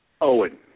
Owen